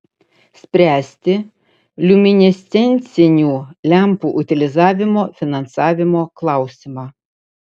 spręsti liuminescencinių lempų utilizavimo finansavimo klausimą